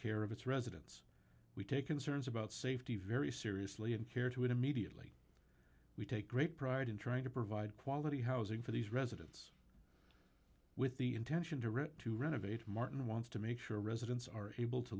care of its residents we take concerns about safety very seriously and care to immediately we take great pride in trying to provide quality housing for these residents with the intention to rent to renovate martin wants to make sure residents are able to